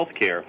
healthcare